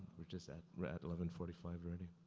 we're just at, we're at eleven forty five already.